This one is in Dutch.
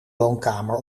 woonkamer